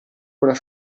quella